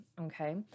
Okay